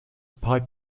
pipe